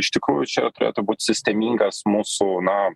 iš tikrųjų čia turėtų būt sistemingas mūsų na